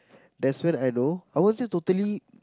that's when I know I won't say totally